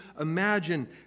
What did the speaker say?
imagine